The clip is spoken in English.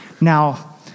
Now